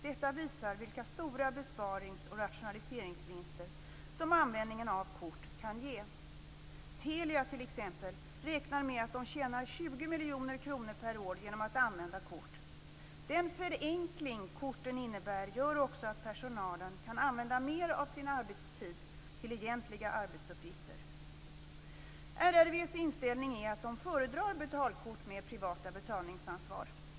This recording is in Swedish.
Detta visar vilka stora besparings och rationaliseringsvinster som användningen av kort kan ge. Telia t.ex. räknar med att de tjänar 20 miljoner kronor per år genom att använda kort. Den förenkling som korten innebär gör också att personalen kan använda mer av sin arbetstid till egentliga arbetsuppgifter. RRV:s inställning är att man föredrar betalkort med privat betalningsansvar.